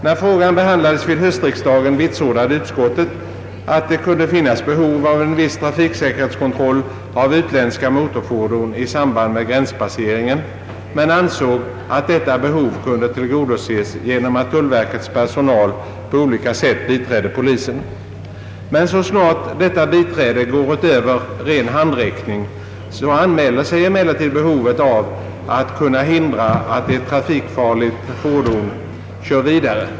När frågan behandlades vid höstriksdagen vitsordade utskottet att det kunde finnas behov av en viss trafiksäkerhetskontroll av utländska motorfordon i samband med gränspasseringen men ansåg att detta behov kunde tillgodoses genom att tullverkets personal på olika sätt biträdde polisen. Men så snart detta biträde går utöver ren handräckning anmäler sig behovet av att kunna hindra ett trafikfarligt fordon att köra vidare.